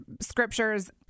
scriptures